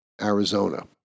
Arizona